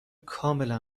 کاملا